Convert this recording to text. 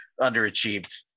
underachieved